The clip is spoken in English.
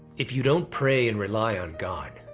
if you don't pray and rely on god,